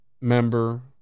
member